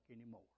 anymore